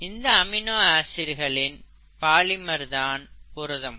இந்த அமினோ ஆசிடின் பாலிமர் தான் புரதம்